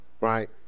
right